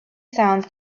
sounds